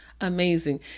amazing